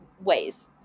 ways